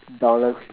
dollar